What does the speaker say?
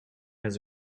has